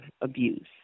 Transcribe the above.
abuse